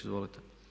Izvolite.